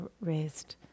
raised